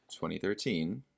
2013